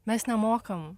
mes nemokam